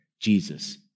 Jesus